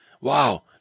Wow